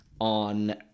on